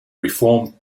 reform